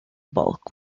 bulk